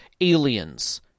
Aliens